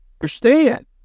understand